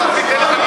אפשר להצביע,